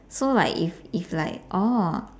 so like if if like oh